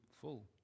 full